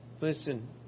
listen